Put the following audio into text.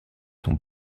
sont